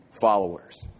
followers